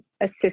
assist